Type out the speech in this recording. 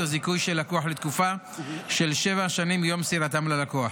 או זיכוי של לקוח לתקופה של שבע שנים מיום מסירתם ללקוח.